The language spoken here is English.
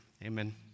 Amen